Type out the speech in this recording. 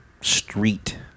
street